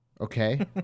Okay